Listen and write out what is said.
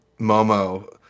Momo